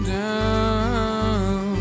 down